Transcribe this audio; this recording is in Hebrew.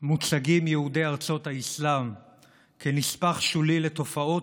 מוצגים יהודי ארצות האסלאם כנספח שולי לתופעות